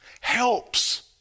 helps